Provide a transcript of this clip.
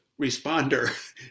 responder